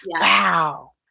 Wow